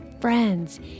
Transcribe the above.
friends